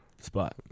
spot